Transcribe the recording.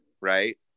right